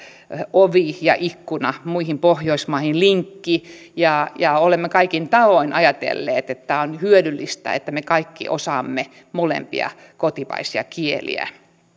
ovi ja ikkuna muihin pohjoismaihin linkki olemme kaikin tavoin ajatelleet että on hyödyllistä että me kaikki osaamme molempia kotimaisia kieliä